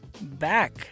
back